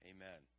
Amen